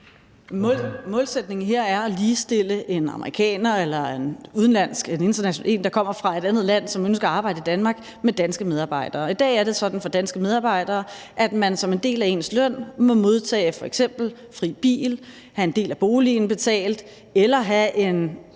Målsætningen her er at ligestille en amerikaner eller en, der kommer fra et andet land, og som ønsker at arbejde i Danmark, med danske medarbejdere. I dag er det sådan for danske medarbejdere, at man som en del af ens løn må modtage f.eks. fri bil, få en del af boligen betalt eller have en,